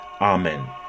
Amen